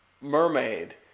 mermaid